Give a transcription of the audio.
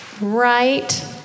right